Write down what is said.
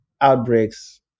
outbreaks